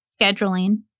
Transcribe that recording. scheduling